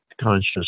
conscious